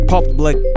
Public